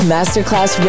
Masterclass